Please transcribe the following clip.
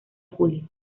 julio